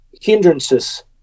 Hindrances